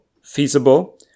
feasible